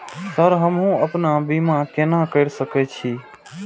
Sir हमू अपना बीमा केना कर सके छी?